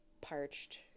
parched